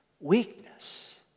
Weakness